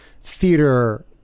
theater